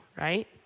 right